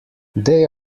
they